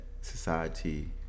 society